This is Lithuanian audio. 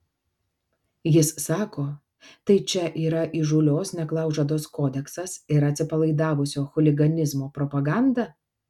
jis sako tai čia yra įžūlios neklaužados kodeksas ir atsipalaidavusio chuliganizmo propaganda